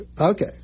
Okay